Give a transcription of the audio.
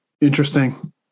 interesting